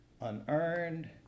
unearned